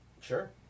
Sure